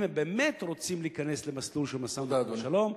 אם הם באמת רוצים להיכנס למסלול של משא-ומתן לשלום,